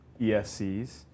ESCs